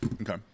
Okay